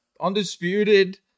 undisputed